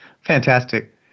Fantastic